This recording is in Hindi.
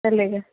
चलेगा